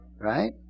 Right